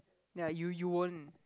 ya you you won't